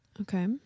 Okay